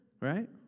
right